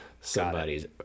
somebody's